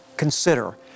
Consider